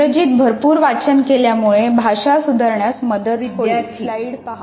इंग्रजीत भरपूर वाचन केल्यामुळे भाषा सुधारण्यास मदत होईल